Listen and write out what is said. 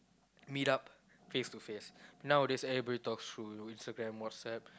meet up face to face nowadays everybody talks through Instagram WhatsApp